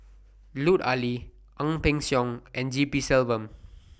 Lut Ali Ang Peng Siong and G P Selvam